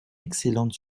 excellente